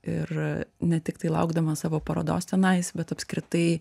ir ne tiktai laukdamas savo parodos tenais bet apskritai